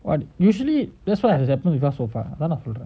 what usually that's what has happened with us so far